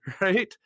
Right